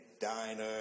diner